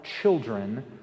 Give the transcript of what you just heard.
children